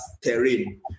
terrain